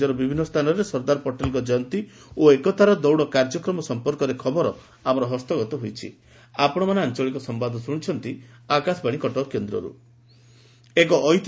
ରାକ୍ୟର ବିଭିନ୍ନ ସ୍ଚାନରେ ସର୍ଦ୍ଦାର ପଟେଲଙ୍କ ଜୟନ୍ତୀ ଓ ଏକତାର ଦୌଡ କାର୍ଯ୍ୟକ୍ରମ ସମ୍ପର୍କରେ ଖବର ଆମର ହସ୍ତଗତ ହେବାରେ ଲାଗିଛି